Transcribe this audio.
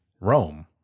Rome